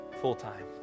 full-time